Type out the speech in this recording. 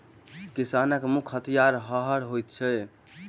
किसानक मुख्य हथियार हअर होइत अछि